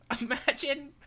Imagine